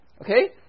Okay